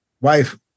wife